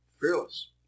Fearless